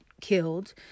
killed